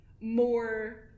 more